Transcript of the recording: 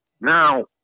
Now